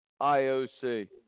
IOC